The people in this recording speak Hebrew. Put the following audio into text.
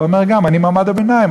אומר גם: אני מעמד הביניים,